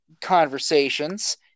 conversations